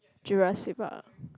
Jurassic Park